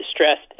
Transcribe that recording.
distressed